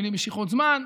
בלי משיכות זמן.